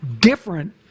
different